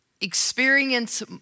experience